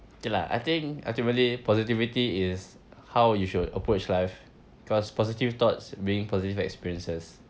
okay lah I think ultimately positivity is how you should approach life because positive thoughts bring positive experiences